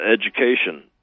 education